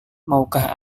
maukah